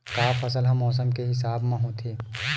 का फसल ह मौसम के हिसाब म होथे?